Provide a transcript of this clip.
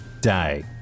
day